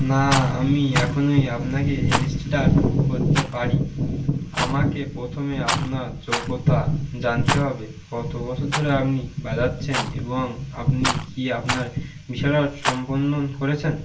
না আমি এখনই আপনাকে রেজিস্টার করতে পারি আমাকে প্রথমে আপনার যোগ্যতা জানতে হবে কত বছর ধরে আপনি বাজাচ্ছেন এবং আপনি কি আপনার বিশারদ সম্পন্ন করেছেন